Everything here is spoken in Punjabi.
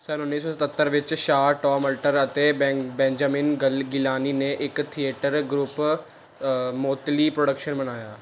ਸੰਨ ਉੱਨੀ ਸੌ ਸਤੱਤਰ ਵਿੱਚ ਸ਼ਾਹ ਟੌਮ ਅਲਟਰ ਅਤੇ ਬੈਂਗ ਬੈਂਜਾਮਿਨ ਗਲ ਗਿਲਾਨੀ ਨੇ ਇੱਕ ਥੀਏਟਰ ਗਰੁੱਪ ਮੋਟਲੀ ਪ੍ਰੋਡਕਸ਼ਨਜ਼ ਬਣਾਇਆ